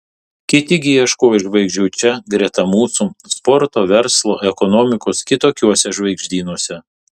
kiti gi ieško žvaigždžių čia greta mūsų sporto verslo ekonomikos kitokiuose žvaigždynuose